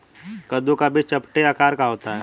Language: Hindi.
कद्दू का बीज चपटे आकार का होता है